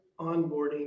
onboarding